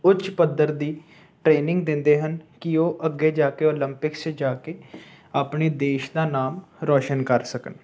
ਉੱਚ ਪੱਧਰ ਦੀ ਟ੍ਰੇਨਿੰਗ ਦਿੰਦੇ ਹਨ ਕਿ ਉਹ ਅੱਗੇ ਜਾ ਕੇ ਓਲੰਪਿਕਸ 'ਚ ਜਾ ਕੇ ਆਪਣੇ ਦੇਸ਼ ਦਾ ਨਾਮ ਰੌਸ਼ਨ ਕਰ ਸਕਣ